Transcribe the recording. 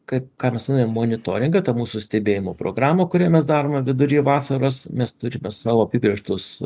ką mes vadinam monitoringą ta mūsų stebėjimo programą kurią mes darome vidury vasaros mes turime savo apibrėžtus